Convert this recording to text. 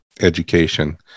education